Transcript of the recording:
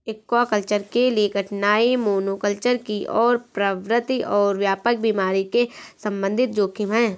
aquaculture के लिए कठिनाई मोनोकल्चर की ओर प्रवृत्ति और व्यापक बीमारी के संबंधित जोखिम है